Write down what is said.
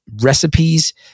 recipes